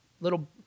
little